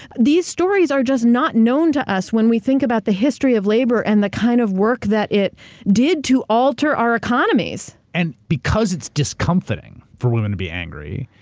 these stories are just not known to us when we think about the history of labor and the kind of work that it did to alter our economies. and because it's discomfiting, for women to be angry,